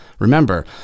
Remember